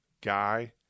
guy